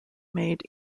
made